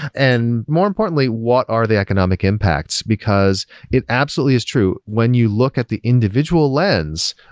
and more importantly, what are the economic impacts, because it absolutely is true? when you look at the individual lessons,